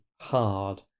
hard